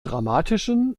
dramatischen